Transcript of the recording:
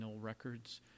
records